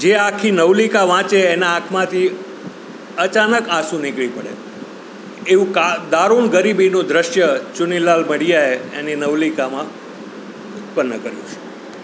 જે આખી નવલિકા વાંચે એના આંખમાંથી અચાનક આંસુ નીકળી પડે એવું દારુણ ગરીબીનું દ્રશ્ય ચુનીલાલ મડિયાએ એની નવલિકામાં ઉત્પન કર્યું છે